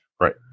Right